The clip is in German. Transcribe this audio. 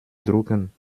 drucken